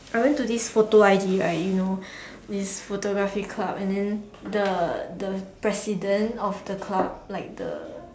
I went to this photo I_D right you know this photography club and then the the president of the club like the